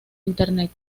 internet